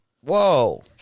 whoa